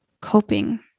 coping